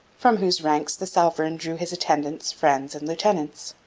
from whose ranks the sovereign drew his attendants, friends, and lieutenants.